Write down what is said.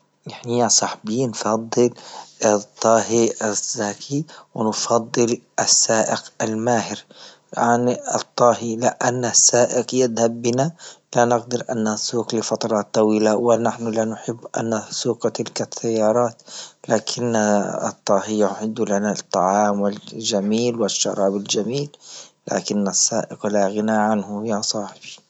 الحين يا صحبي نفضل الطهي الزاكي السائق الماهر عن الطاهي، لأن السائق يذهب بنا لا نقدر أن نسوق لفترات طويلة ونحن لا نحب أن نسوق تلك التيارات لكن الطاهية يعد لنا طعام وجميل والشراب الجميل، لكن السائق لا غنى عنه يا صاحبي.